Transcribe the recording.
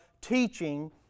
teaching